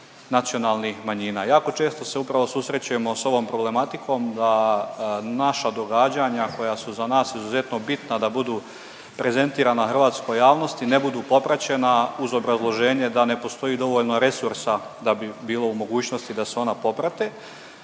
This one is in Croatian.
hrvatskoj javnosti, ne budu popraćena uz obrazloženje da ne postoji dovoljno resursa da bi bilo u mogućnosti da se ona poprate.